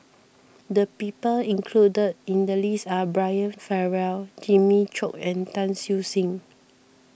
the people included in the list are Brian Farrell Jimmy Chok and Tan Siew Sin